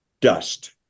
dust